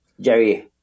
Jerry